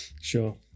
sure